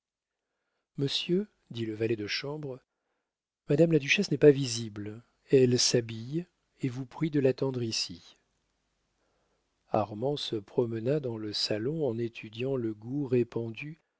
monsieur dit le valet de chambre madame la duchesse n'est pas visible elle s'habille et vous prie de l'attendre ici armand se promena dans le salon en étudiant le goût répandu